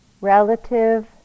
relative